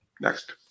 next